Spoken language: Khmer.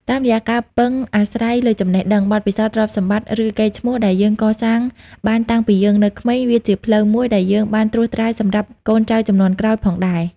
តាមរយៈការពឹងអាស្រ័យលើចំណេះដឹង បទពិសោធន៍ ទ្រព្យសម្បត្តិ ឬកេរ្ដិ៍ឈ្មោះដែលយើងកសាងបានតាំងពីយើងនៅក្មេង វាជាផ្លូវមួយដែលយើងបានត្រួសត្រាយសម្រាប់កូនចៅជំនាន់ក្រោយផងដែរ។